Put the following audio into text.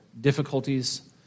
difficulties